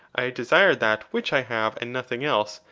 i desire that which i have and nothing else,